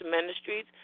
Ministries